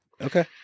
Okay